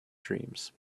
dreams